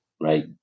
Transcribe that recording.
right